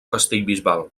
castellbisbal